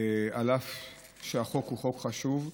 אף שהחוק הוא חוק חשוב.